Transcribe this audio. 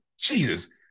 Jesus